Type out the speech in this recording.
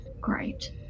Great